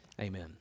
Amen